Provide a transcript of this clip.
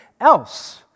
else